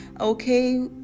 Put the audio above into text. okay